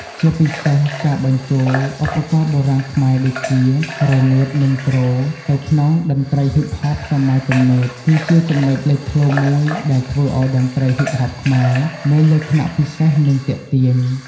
ជាពិសេសការបញ្ចូល ឧបករណ៍បុរាណខ្មែរ ដូចជា រនាត និង ទ្រ ទៅក្នុងតន្ត្រីហ៊ីបហបសម័យទំនើប គឺជាចំណុចលេចធ្លោមួយដែលធ្វើឱ្យតន្ត្រីហ៊ីបហបខ្មែរមានលក្ខណៈពិសេស និងទាក់ទាញ។